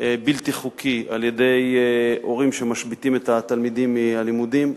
בלתי חוקי על-ידי הורים שמשביתים את התלמידים מהלימודים.